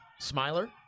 Smiler